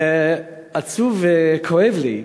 זה עצוב וכואב לי.